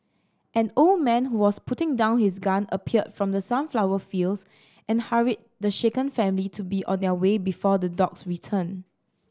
an old man who was putting down his gun appeared from the sunflower fields and hurried the shaken family to be on their way before the dogs return